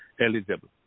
Eligible